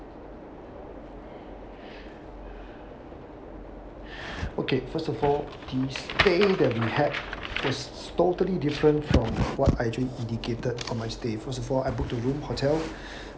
okay first of all the stay that we had was totally different from what I actually indicated on my stay first of all I booked the room hotel